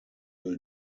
will